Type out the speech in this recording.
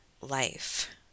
life